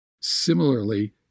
Similarly